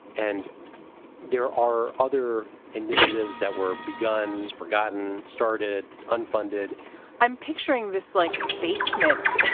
and there are other initiatives that were begun forgotton started unfunded i'm picturing this like basement